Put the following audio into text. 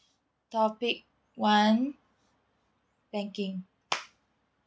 topic one banking